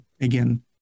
again